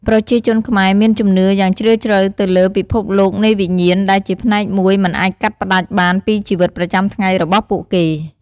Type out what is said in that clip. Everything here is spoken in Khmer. ប្រជាជនខ្មែរមានជំនឿយ៉ាងជ្រាលជ្រៅទៅលើពិភពលោកនៃវិញ្ញាណ ដែលជាផ្នែកមួយមិនអាចកាត់ផ្ដាច់បានពីជីវិតប្រចាំថ្ងៃរបស់ពួកគេ។